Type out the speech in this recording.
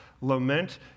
Lament